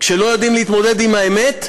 כשלא יודעים להתמודד עם האמת,